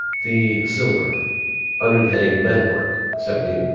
the silver under the heading metalwork seventy. and and